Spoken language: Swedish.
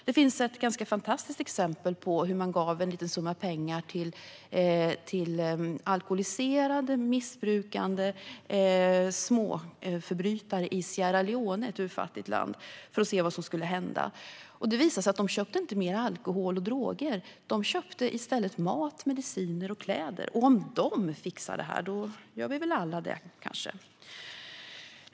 Det finns ett ganska fantastiskt exempel från Sierra Leone, ett urfattigt land, där alkoholiserade, missbrukande småförbrytare fick en liten summa pengar. Vad hände? Det visade sig att de inte köpte mer alkohol och droger, utan de köpte i stället mat, mediciner och kläder. Om de fixar det här skulle kanske vi alla göra det.